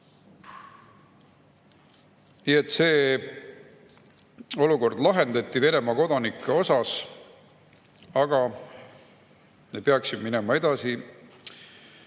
See olukord lahendati Venemaa kodanike suhtes, aga me peaksime minema edasi